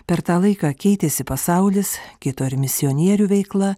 per tą laiką keitėsi pasaulis kito ir misionierių veikla